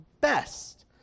best